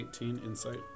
insight